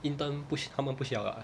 intern 不需他们不需要 lah